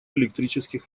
электрических